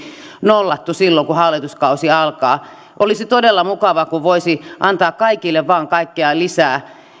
nollattu silloin kun hallituskausi alkaa olisi todella mukavaa kun voisi antaa kaikille vain kaikkea lisää